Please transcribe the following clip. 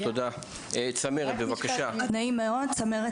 נעים מאוד, צמרת